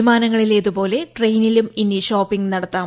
വിമാനങ്ങളിലേതുപോലെ ട്രെയിനിലും ഇനി ഷോപ്പിങ് നടത്താം